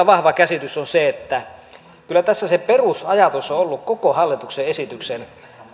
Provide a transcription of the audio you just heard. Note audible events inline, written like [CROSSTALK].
[UNINTELLIGIBLE] vahva käsitykseni on kyllä se että tässä se perusajatus on ollut koko hallituksen esityksen